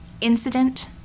Incident